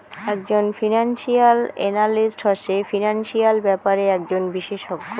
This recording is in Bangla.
একজন ফিনান্সিয়াল এনালিস্ট হসে ফিনান্সিয়াল ব্যাপারে একজন বিশষজ্ঞ